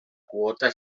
quota